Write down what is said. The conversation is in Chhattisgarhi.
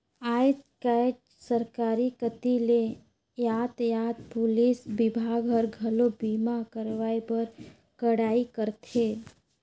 आयज कायज सरकार कति ले यातयात पुलिस विभाग हर, घलो बीमा करवाए बर कड़ाई करथे